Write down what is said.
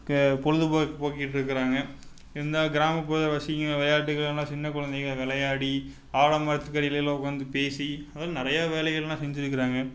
க பொழுதுபோக்கு போக்கிகிட்டு இருக்கிறாங்க இந்த கிராமப்புறவாசிங்க விளையாட்டுக்கள் எல்லாம் சின்ன குழந்தைங்க விளையாடி ஆலமரத்துக்கு அடியிலேலாம் உட்காந்து பேசி அதெல்லாம் நிறையா வேலைகள்லாம் செஞ்சிருக்கிறாங்க